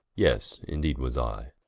yes indeed was i